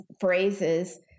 phrases